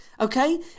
Okay